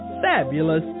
fabulous